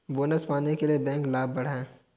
bonus पाने के लिए बैंक लाभ बढ़ाएं